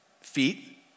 feet